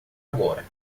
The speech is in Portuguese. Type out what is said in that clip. agora